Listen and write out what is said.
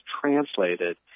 translated